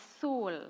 soul